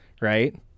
right